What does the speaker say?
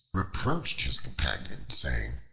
reproached his companion, saying,